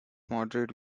moderate